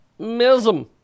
Mism